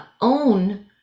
own